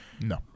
No